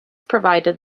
provided